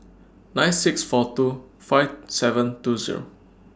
nine six four two five seven two Zero